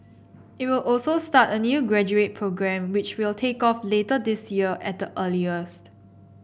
it will also start a new graduate programme which will take off later this year at the earliest